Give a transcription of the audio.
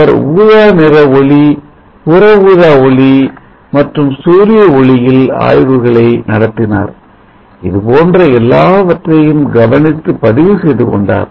அவர் ஊதா நிற ஒளி புற ஊதா ஒளி மற்றும் சூரிய ஒளியில் ஆய்வுகள் நடத்தினார் இதுபோன்ற எல்லாவற்றையும் கவனித்து பதிவு செய்து கொண்டார்